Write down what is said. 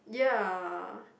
ya